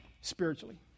spiritually